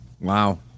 Wow